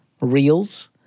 reels